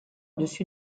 dessus